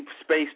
space